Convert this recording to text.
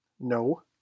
No